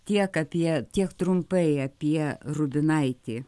tiek apie tiek trumpai apie rubinaitį